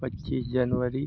पच्चीस जनवरी